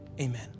amen